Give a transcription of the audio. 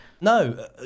no